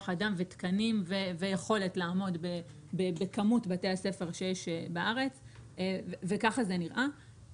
אדם ותקנים ויכולת לעמוד בכמות בתי הספר שיש בארץ וככה זה נראה,